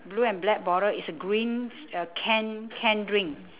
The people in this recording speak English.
blue and black bottle is a green s~ uh can canned drink